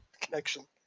connection